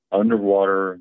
Underwater